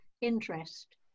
interest